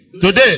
today